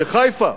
בחיפה,